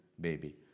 baby